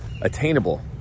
attainable